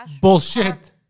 Bullshit